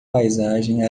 paisagem